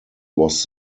was